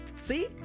See